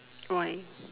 why